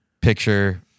picture